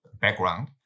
background